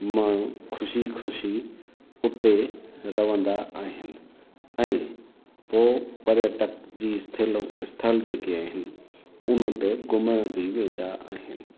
माण्हू ख़ुशी ख़ुशी उते रहंदा आहिनि ऐं पोइ पर्यटक जी स्थिल स्थल जेके आहिनि उनते घुमणु बि वेंदा आहिनि